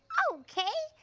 okay,